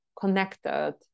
connected